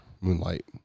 Moonlight